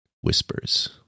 whispers